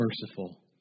merciful